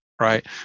right